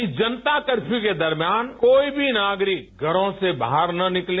इस जनता कर्फ्यू के दरमियान कोई भी नागरिक घरों से बाहर ना निकले